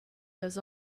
does